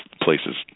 places